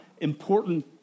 important